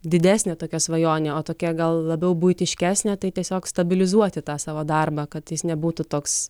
didesnė tokia svajonė o tokia gal labiau buitiškesnė tai tiesiog stabilizuoti tą savo darbą kad jis nebūtų toks